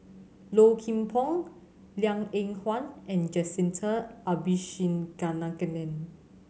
Low Kim Pong Liang Eng Hwa and Jacintha Abisheganaden